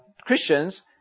Christians